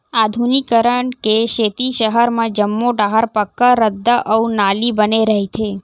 आधुनिकीकरन के सेती सहर म जम्मो डाहर पक्का रद्दा अउ नाली बने रहिथे